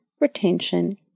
retention